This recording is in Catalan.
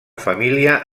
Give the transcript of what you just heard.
família